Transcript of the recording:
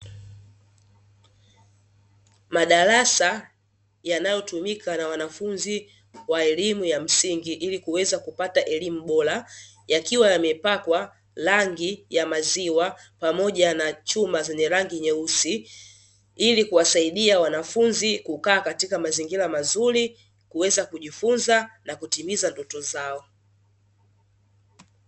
Madarasa yanayotumika na wanafunzi wa elimu ya msingi ili kuweza kupata elimu bora yakiwa yamepakwa rangi ya maziwa pamoja na chuma zenye rangi nyeusi, ili kuwasaidia wanafunzi kukaa katika mazingira mazuri kuweza kujifunza na kutimiza ndoto zao.